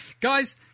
Guys